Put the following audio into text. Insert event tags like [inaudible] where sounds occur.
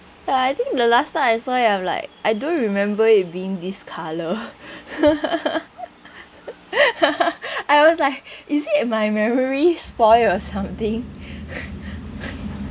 ya I think the last time I saw it I'm like I don't remember it being this colour [laughs] I was like is it my memory spoil or something [laughs]